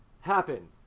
happen